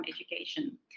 education